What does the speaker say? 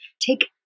take